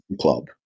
club